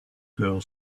girl